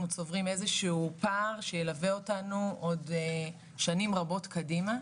צוברים איזה שהוא פער שילווה אותנו עוד שנים רבות קדימה,